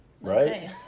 Right